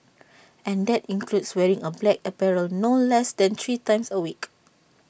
and that includes wearing A black apparel no less than three times A week